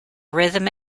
rhythm